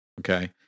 Okay